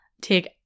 take